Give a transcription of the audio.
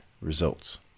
results